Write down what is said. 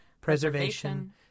preservation